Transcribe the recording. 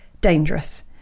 dangerous